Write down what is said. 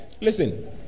Listen